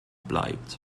bleibt